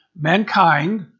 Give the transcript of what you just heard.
Mankind